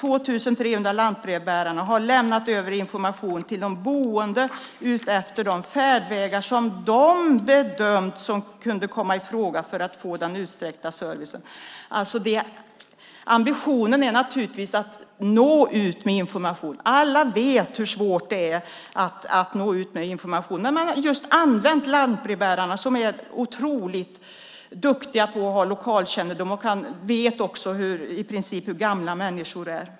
De 2 300 lantbrevbärarna har lämnat information till de boende utefter de färdvägar som de bedömt kunde komma i fråga för den utsträckta servicen. Ambitionen är naturligtvis att nå ut med information. Alla vet hur svårt det är att nå ut med information. Här har man använt lantbrevbärarna, som är otroligt duktiga, har lokalkännedom och i princip vet hur gamla människor är.